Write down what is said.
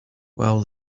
well